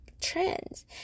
trends